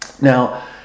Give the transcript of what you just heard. now